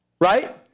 Right